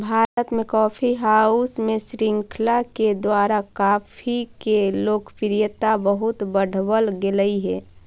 भारत में coffee house के श्रृंखला के द्वारा कॉफी के लोकप्रियता बहुत बढ़बल गेलई हे